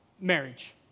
marriage